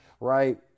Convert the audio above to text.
right